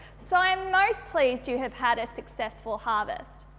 so, i'm most pleased you have had a successful harvest.